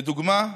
לדוגמה,